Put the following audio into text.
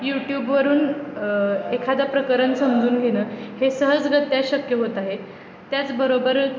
यूट्यूबवरून एखादं प्रकरण समजून घेणं हे सहजगत्या शक्य होत आहे त्याचबरोबर